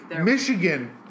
Michigan